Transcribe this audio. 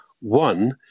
one